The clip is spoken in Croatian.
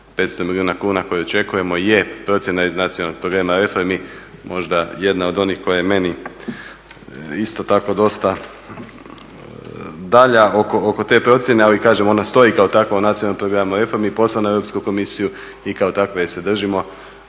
500 milijuna kuna koje očekujemo je procjena iz Nacionalnog programa reformi, možda jedna od onih koja je meni isto tako dosta dalja oko te procjene. Ali kažem, ona stoji kao takva u Nacionalnom programu reformi i poslana je u Europsku komisiju i kao takve je se držimo